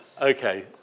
Okay